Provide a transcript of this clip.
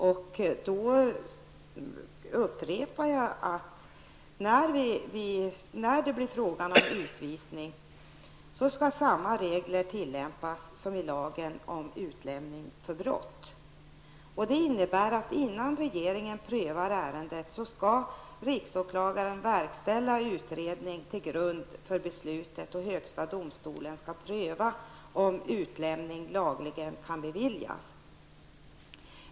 Jag upprepar att när det blir fråga om utvisning skall samma regler tillämpas som i lagen om utlämning på grund av brott. Det innebär att innan regeringen prövar ärendet skall riksåklagaren verkställa utredning till grund för beslutet och högsta domstolen skall pröva om utlämning lagligen kan beviljas.